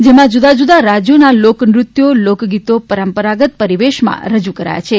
જેમાં જુદા જુદા રાજ્યોના લોકનૃત્યો લોકગીતો પરંપરાગત પરિવેશમાં રજૂ કરાયા છે